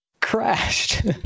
crashed